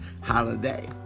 holiday